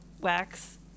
wax